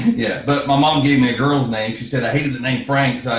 yeah, but my mom gave me a girl's name, she said i hated the name, frank,